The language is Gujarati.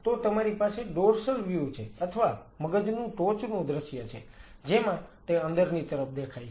તો તમારી પાસે ડોર્સલ વ્યૂ છે અથવા મગજનું ટોચનું દૃશ્ય છે જેમાં તે અંદરની તરફ દેખાય છે